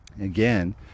Again